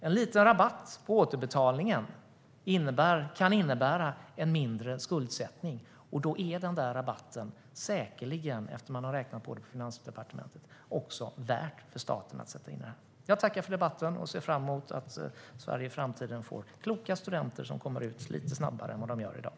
En liten rabatt på återbetalningen skulle trots allt kunna innebära mindre skuldsättning. Det är säkerligen värt att sätta in den rabatten för staten, efter att man har räknat på det på Finansdepartementet. Jag tackar för debatten och ser fram emot att Sverige i framtiden får kloka studenter som kommer ut lite snabbare än vad de gör i dag.